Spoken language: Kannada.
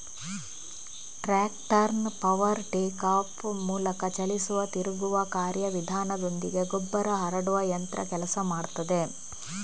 ಟ್ರಾಕ್ಟರ್ನ ಪವರ್ ಟೇಕ್ ಆಫ್ ಮೂಲಕ ಚಲಿಸುವ ತಿರುಗುವ ಕಾರ್ಯ ವಿಧಾನದೊಂದಿಗೆ ಗೊಬ್ಬರ ಹರಡುವ ಯಂತ್ರ ಕೆಲಸ ಮಾಡ್ತದೆ